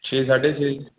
ਛੇ ਸਾਢੇ ਛੇ